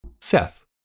Seth